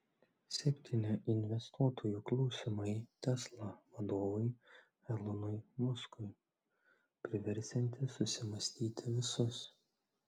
septyni investuotojų klausimai tesla vadovui elonui muskui priversiantys susimąstyti visus